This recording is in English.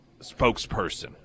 spokesperson